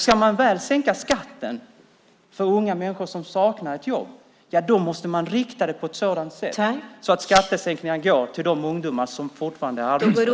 Ska man väl sänka skatten för unga människor som saknar jobb måste man rikta det på ett sådant sätt att skattesänkningarna går till de ungdomar som fortfarande är arbetslösa.